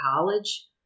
college